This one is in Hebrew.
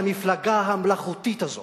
כל כולו מוקדש לש"ס, למפלגה המלאכותית הזאת,